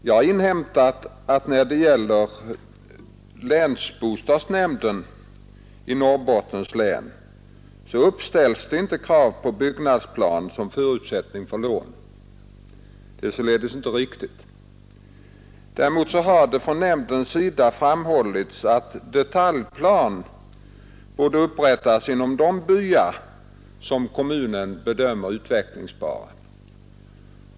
Jag har inhämtat att när det gäller länsbostadsnämnden i Norrbottens län uppställs det inte krav på byggnadsplan som förutsättning för lån; den uppgiften är således inte riktig. Däremot har det från nämndens sida framhållits att detaljplan borde upprättas inom de byar som kommunen bedömer som utvecklingsbara.